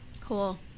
Cool